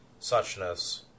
suchness